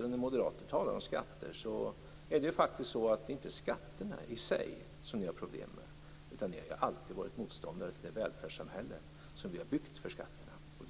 När moderater talar om skatter är det inte skatterna i sig som ni har problem med, utan ni har alltid varit motståndare till det välfärdssamhälle som vi har använt skatterna till att bygga upp.